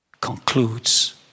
concludes